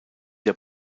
der